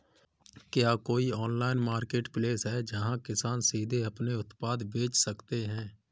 क्या कोई online marketplace है जहाँ किसान सीधे अपने उत्पाद बेच सकते हैं?